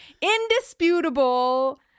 indisputable